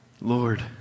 Lord